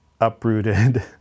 uprooted